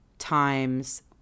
Times